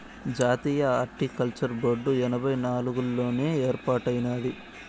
జాతీయ horticulture board ఎనభై నాలుగుల్లోనే ఏర్పాటైనాది